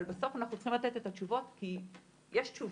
בסוף אנחנו צריכים לתת את התשובות כי יש תשובות.